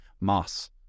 moss